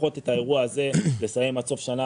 לפחות את האירוע הזה לסיים עד סוף שנה